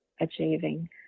achieving